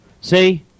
See